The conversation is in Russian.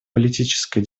политической